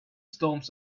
storms